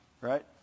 right